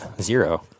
Zero